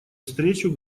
встречу